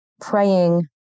praying